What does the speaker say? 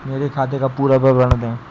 मेरे खाते का पुरा विवरण दे?